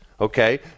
Okay